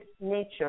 nature